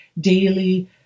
daily